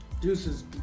deuces